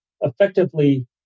Effectively